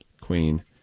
Queen